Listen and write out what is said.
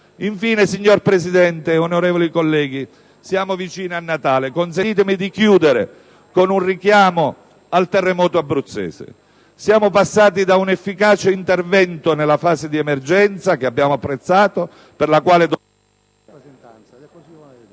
Infine, signor Presidente, onorevoli colleghi, siamo vicini a Natale. Consentitemi di chiudere con un richiamo al terremoto abruzzese. Siamo passati da un efficace intervento nella fase di emergenza, che abbiamo apprezzato, per il quale